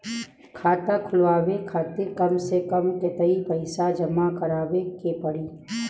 खाता खुलवाये खातिर कम से कम केतना पईसा जमा काराये के पड़ी?